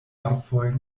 orfoj